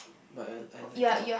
but I I like it